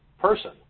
person